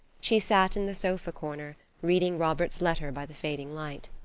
she sat in the sofa corner reading robert's letter by the fading light.